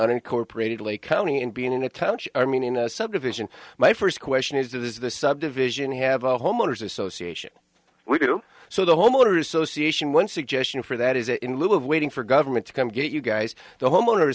unincorporated lake county and being in a township i mean in a subdivision my first question is does the subdivision have a homeowner's association we do so the homeowners association one suggestion for that is in lieu of waiting for government to come get you guys the homeowners